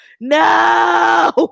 no